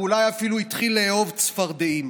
ואולי אפילו התחיל לאהוב צפרדעים.